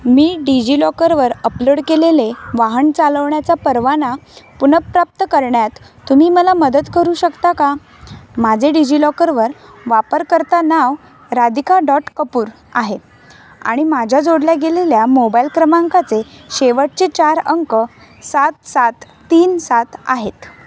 मी डिजिलॉकरवर अपलोड केलेले वाहन चालवण्याचा परवाना पुन प्राप्त करण्यात तुम्ही मला मदत करू शकता का माझे डिजिलॉकरवर वापरकर्ता नाव राधिका डॉट कपूर आहे आणि माझ्या जोडल्या गेलेल्या मोबाईल क्रमांकाचे शेवटचे चार अंक सात सात तीन सात आहेत